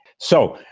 so,